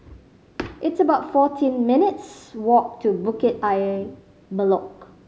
it's about fourteen minutes' walk to Bukit Ayer Molek